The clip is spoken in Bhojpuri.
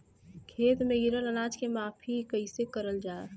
खेत में गिरल अनाज के माफ़ी कईसे करल जाला?